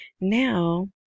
Now